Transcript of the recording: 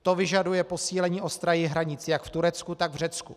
To vyžaduje posílení ostrahy hranic jak v Turecku, tak v Řecku.